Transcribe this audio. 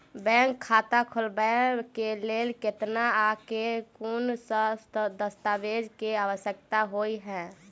Bank खाता खोलबाबै केँ लेल केतना आ केँ कुन सा दस्तावेज केँ आवश्यकता होइ है?